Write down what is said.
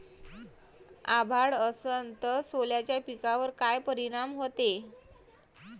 अभाळ असन तं सोल्याच्या पिकावर काय परिनाम व्हते?